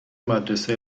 مدرسه